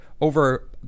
over